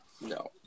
No